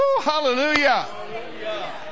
Hallelujah